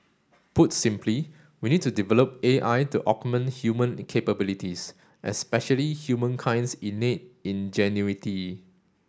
put simply we need to develop A I to augment human capabilities especially humankind's innate ingenuity